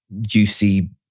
juicy